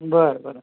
बरं बरं